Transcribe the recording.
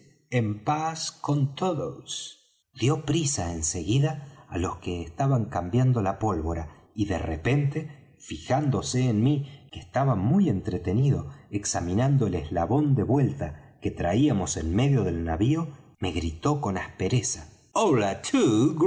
en paz con todos dió prisa en seguida á los que estaban cambiando la pólvora y de repente fijándose en mí que estaba muy entretenido examinando el eslabón de vuelta que traíamos en medio del navío me gritó con aspereza